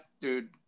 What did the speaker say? dude